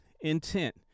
intent